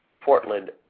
Portland